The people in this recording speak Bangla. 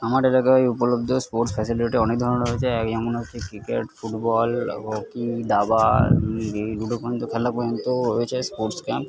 আমার এলাকায় উপলব্ধ স্পোর্টস ফ্যাসিলিটি অনেক ধরণের আছে এক যেমন হচ্ছে ক্রিকেট ফুটবল হকি দাবা এই দুটো পর্যন্ত খেলা পর্যন্ত হয়েছে স্পোর্টস ক্যাম্প